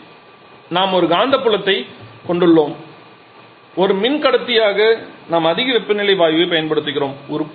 இங்கே நாம் ஒரு காந்தப்புலத்தை கொண்டுள்ளோம் ஒரு மின் கடத்தியாக நாம் அதிக வெப்பநிலை வாயுவைப் பயன்படுத்துகிறோம்